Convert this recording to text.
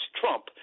Trump